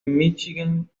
michigan